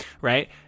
right